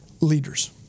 leaders